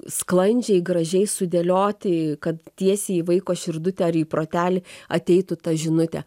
sklandžiai gražiai sudėlioti kad tiesiai į vaiko širdutę ar į protelį ateitų ta žinutė